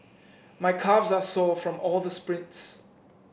my calves are sore from all the sprints